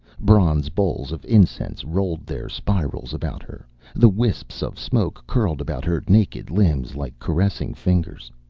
bronze bowls of incense rolled their spirals about her the wisps of smoke curled about her naked limbs like caressing fingers.